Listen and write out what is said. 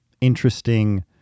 interesting